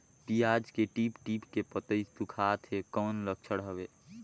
पियाज के टीप टीप के पतई सुखात हे कौन लक्षण हवे?